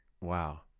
Wow